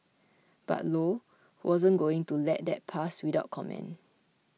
but Low wasn't going to let that pass without comment